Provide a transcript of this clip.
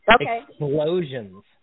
Explosions